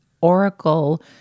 oracle